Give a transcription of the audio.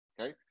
okay